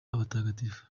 abatagatifu